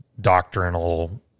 doctrinal